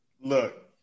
Look